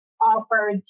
offered